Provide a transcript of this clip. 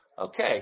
Okay